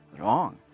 wrong